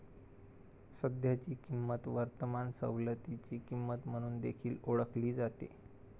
सध्याची किंमत वर्तमान सवलतीची किंमत म्हणून देखील ओळखली जाते